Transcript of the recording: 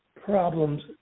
problems